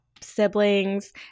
siblings